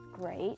great